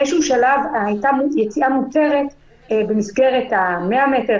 באיזשהו שלב הייתה יציאה מותרת במסגרת 100 מטר,